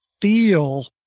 feel